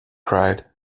cried